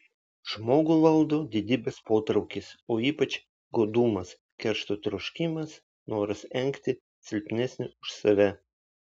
žmogų valdo didybės potraukis o ypač godumas keršto troškimas noras engti silpnesnį už save